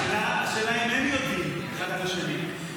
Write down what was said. השאלה אם הם יודעים אחד על השני.